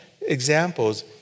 examples